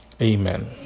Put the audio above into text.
Amen